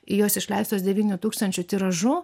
jos išleistos devynių tūkstančių tiražu